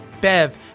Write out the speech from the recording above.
Bev